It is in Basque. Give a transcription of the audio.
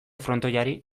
frontoiari